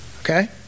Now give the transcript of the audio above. Okay